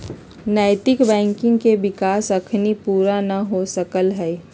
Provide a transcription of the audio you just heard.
नैतिक बैंकिंग के विकास अखनी पुरा न हो सकलइ ह